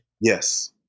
Yes